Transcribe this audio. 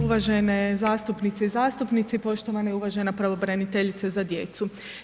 uvažene zastupnice i zastupnici, poštovana i uvažena pravobraniteljice za djecu.